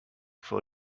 for